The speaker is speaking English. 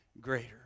greater